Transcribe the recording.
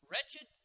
Wretched